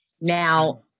Now